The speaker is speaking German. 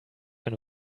wenn